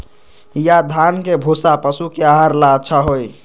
या धान के भूसा पशु के आहार ला अच्छा होई?